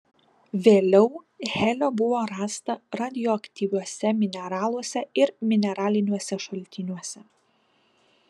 vėliau helio buvo rasta radioaktyviuose mineraluose ir mineraliniuose šaltiniuose